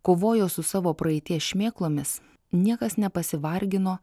kovojo su savo praeities šmėklomis niekas nepasivargino